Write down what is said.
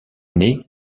née